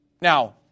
Now